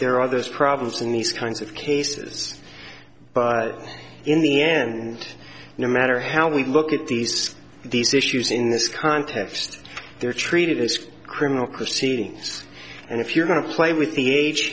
there are those problems in these kinds of cases but in the end no matter how we look at these these issues in this context they're treated as criminal proceedings and if you're going to play with the age